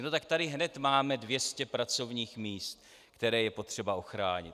No tak tady hned máme 200 pracovních míst, která je potřeba ochránit.